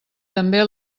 també